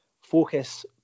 focus